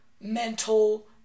mental